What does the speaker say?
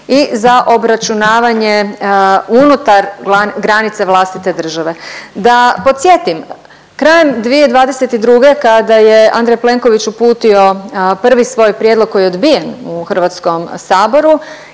i za obračunavanje unutar granica vlastite države. Da podsjetim, krajem 2022. kada je Andrej Plenković uputio prvi svoj prijedlog koji je odbijen u Hrvatskom saboru